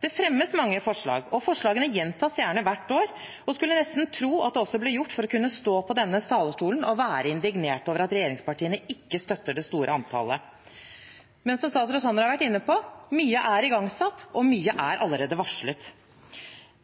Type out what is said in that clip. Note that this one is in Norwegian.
Det fremmes mange forslag, og forslagene gjentas gjerne hvert år. Man skulle nesten tro at det ble gjort for å kunne stå på denne talerstolen og være indignert over at regjeringspartiene ikke støtter det store antallet. Men, som statsråd Sanner har vært inne på, mye er igangsatt, og mye er allerede varslet.